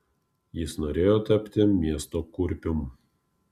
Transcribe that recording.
jis norėjo tapti miesto kurpium